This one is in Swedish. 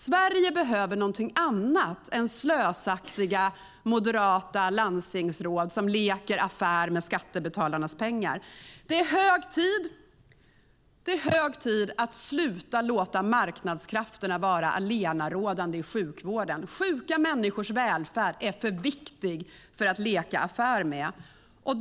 Sverige behöver någonting annat än slösaktiga moderata landstingsråd som leker affär med skattebetalarnas pengar. Det är hög tid att sluta med att låta marknadskrafterna vara allenarådande i sjukvården. Sjuka människors välfärd är för viktig för att leka affär med.